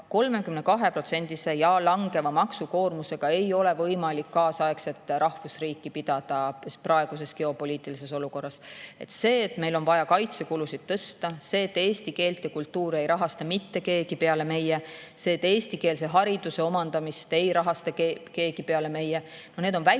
ja langeva maksukoormusega ei ole võimalik kaasaegset rahvusriiki ülal pidada praeguses geopoliitilises olukorras. Meil on vaja kaitsekulusid tõsta, eesti keelt ja kultuuri ei rahasta mitte keegi peale meie, eestikeelse hariduse omandamist ei rahasta keegi peale meie – need on vältimatud